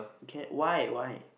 can why why